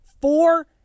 Four